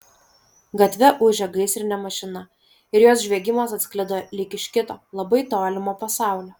gatve ūžė gaisrinė mašina ir jos žviegimas atsklido lyg iš kito labai tolimo pasaulio